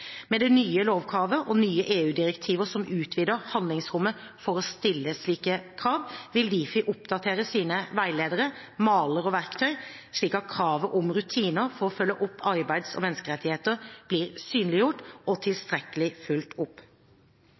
Med det nye lovkravet, og nye EU-direktiver som utvider handlingsrommet for å stille slike krav, vil Difi oppdatere sine veiledere, maler og verktøy, slik at kravet om rutiner for å følge opp arbeids- og menneskerettigheter blir synliggjort og tilstrekkelig fulgt opp.